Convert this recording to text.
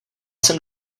jsem